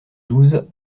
douze